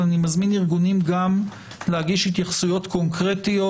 אבל אני מזמין ארגונים גם להגיש התייחסויות קונקרטיות.